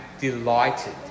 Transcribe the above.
delighted